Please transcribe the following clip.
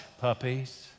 puppies